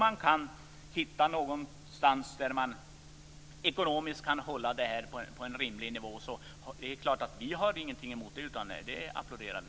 Kan man hitta ett sätt att ekonomiskt hålla det här på en rimlig nivå är det klart att vi inte har någonting emot det, utan det applåderar vi.